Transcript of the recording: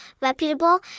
reputable